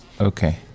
Okay